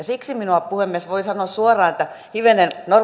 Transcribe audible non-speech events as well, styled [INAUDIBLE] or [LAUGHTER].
[UNINTELLIGIBLE] siksi puhemies voin sanoa suoraan että normaalisti